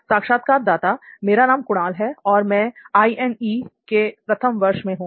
साक्षात्कारदाता मेरा नाम कुणाल है और मैं आई एंड ई के प्रथम वर्ष में हूं